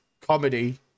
comedy